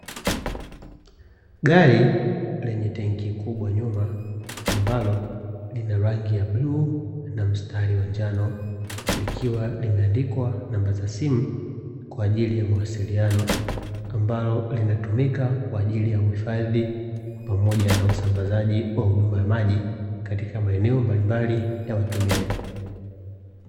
Gari yenye tenki kubwa nyuma, ambalo linarangi ya bluu na mstari wa njano. Likiwa limeandikwa namba za simu kwa ajili ya mawasiliano. Ambalo linatumika kwa ajili ya uhifadhi pamoja na usambazaji wa huduma ya maji, katika maeneo mbalimbali ya watumiaji.